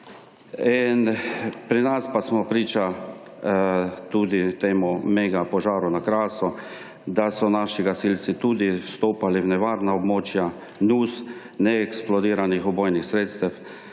pri nas pa smo priča tudi temu mega požaru na Krasu, da so naši gasilci tudi stopali v nevarna območja / nerazumljivo/ neeksplodiranih bojni sredstev.